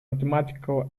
mathematical